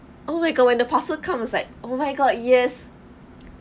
oh my god when the parcel comes like oh my god yes